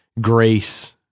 grace